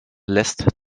lässt